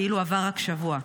כאילו עבר רק שבוע,